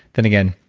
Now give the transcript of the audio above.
then again,